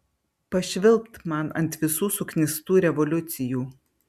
pašvilpt man ant visų suknistų revoliucijų